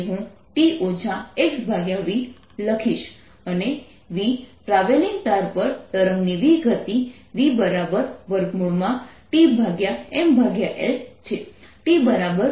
01sin 50t xv અને v travelling તાર પર તરંગની v ગતિ vTml છે